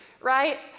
right